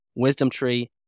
WisdomTree